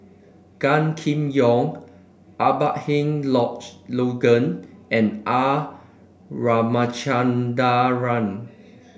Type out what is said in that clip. Gan Kim Yong Abraham Logan and R Ramachandran